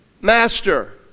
master